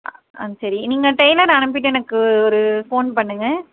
ஆ சரி நீங்கள் டெய்லர் அனுப்பிவிட்டு எனக்கு ஒரு ஃபோன் பண்ணுங்கள்